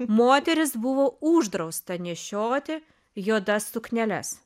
moteris buvo uždrausta nešioti juodas sukneles